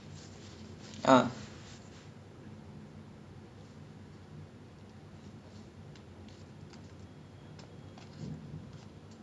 and I honestly can say right safely it's much better to be born raised study and live in singapore as compared to almost any other country in the world today